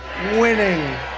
winning